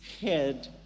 head